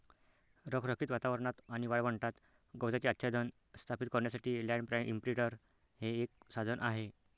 रखरखीत वातावरणात आणि वाळवंटात गवताचे आच्छादन स्थापित करण्यासाठी लँड इंप्रिंटर हे एक साधन आहे